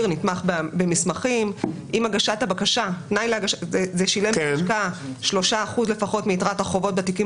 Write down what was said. נתמך במסמכים עם הגשת הבקשה ושילם 3% לפחות מיתרת החובות בתיקים